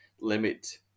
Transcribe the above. limit